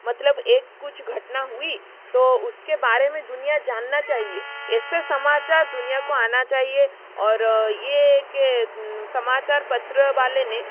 मतलब एक कुछ घटना हुई तो उसके बारे मे दुनिया जानना चाहिए ऐसे समाचार दुनिया को आना चाहिए और ये के समाचार पत्र वाले ने